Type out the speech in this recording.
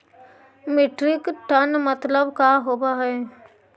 Metric ton मतलब का होव हइ?